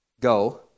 Go